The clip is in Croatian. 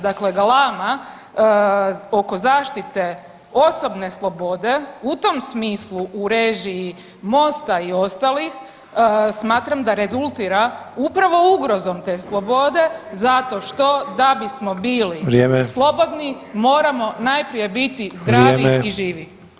Dakle, galama oko zaštite osobne slobode u tom smislu u režiji Mosta i ostalih smatra da rezultira upravo ugrozom te slobode zato što da bismo bili [[Upadica Sanader: Vrijeme.]] slobodni moramo najprije biti zdravi [[Upadica Sanader: Vrijeme.]] i živi.